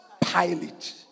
Pilate